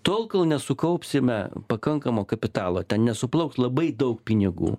tol kol nesukaupsime pakankamo kapitalo nesuplauks labai daug pinigų